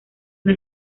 una